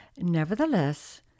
Nevertheless